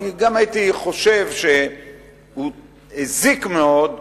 אני גם הייתי חושב שהוא הזיק מאוד,